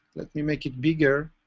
let me make it bigger.